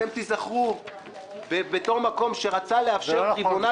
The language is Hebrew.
אתם תיזכרו בתור מקום שרצה לאפשר טריבונל